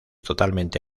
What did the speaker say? totalmente